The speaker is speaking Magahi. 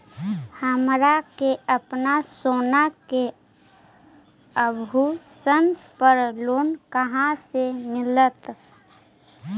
हमरा के अपना सोना के आभूषण पर लोन कहाँ से मिलत?